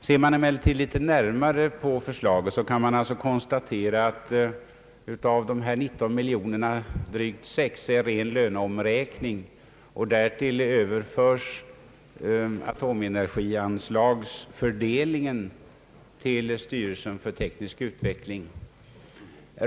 Ser man emellertid litet närmare på förslaget, kan man konstatera att av de föreslagna 19 miljonerna är drygt 6 ren löneomräkning, och därtill överförs atomenergianslagsfördelningen till styrelsen för teknisk utveckling.